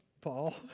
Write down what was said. Paul